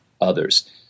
others